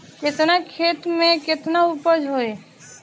केतना खेत में में केतना उपज होई?